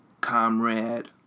comrade